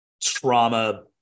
Trauma